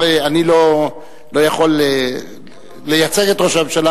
אני לא יכול לייצג את ראש הממשלה,